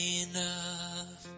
enough